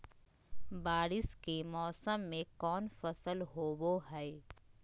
बारिस के मौसम में कौन फसल होबो हाय?